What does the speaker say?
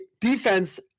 defense